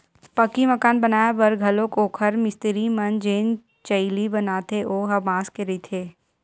पक्की मकान बनाए बर घलोक ओखर मिस्तिरी मन जेन चइली बनाथे ओ ह बांस के रहिथे